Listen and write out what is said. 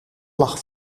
lag